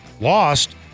Lost